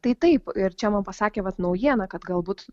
tai taip ir čia man pasakė vat naujieną kad galbūt